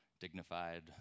dignified